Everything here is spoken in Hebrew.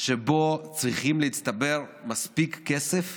שבו צריך להצטבר מספיק כסף